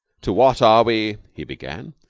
to what are we? he began.